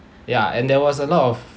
ya and there was a lot of